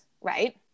Right